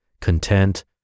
content